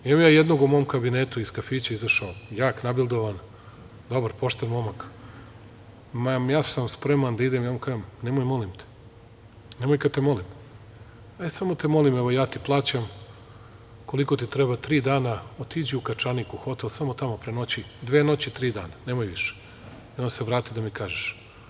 Imam ja jednog u mom Kabinetu, iz kafića izašao, jak, nabildovan, dobar, pošten momak – ma, ja sam spreman da idem i ja mu kažem – nemoj, molim te, nemoj kada te molim, ali samo te molim, evo, ja ti plaćam, koliko ti treba, tri dana, otiđi u Kačanik, u hotel i samo tamo prenoći, dve noći i tri dana, nemoj više i onda se vrati da mi kažeš.